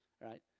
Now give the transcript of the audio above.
right